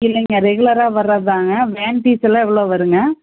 இல்லைங்க ரெகுலராக வர்றது தாங்க வேன் ஃபீஸெல்லாம் எவ்வளோ வருங்க